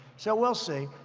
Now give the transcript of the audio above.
so we'll see.